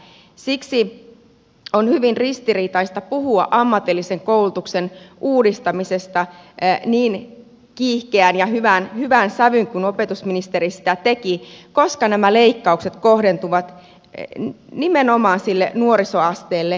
siksi on hyvin ristiriitaista puhua ammatillisen koulutuksen uudistamisesta niin kiihkeään ja hyvään sävyyn kuin opetusministeri teki koska nämä leikkaukset kohdentuvat nimenomaan sille nuorisoasteelle